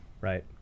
Right